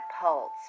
pulse